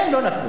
כן, לא נתנו.